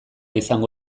izango